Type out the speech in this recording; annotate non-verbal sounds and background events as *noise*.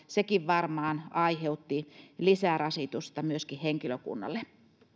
*unintelligible* sekin varmaan aiheutti lisärasitusta myöskin henkilökunnalle